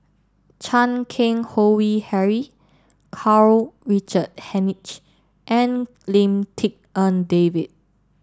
Chan Keng Howe Harry Karl Richard Hanitsch and Lim Tik En David